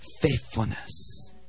faithfulness